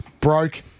broke